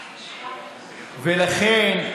ולכן,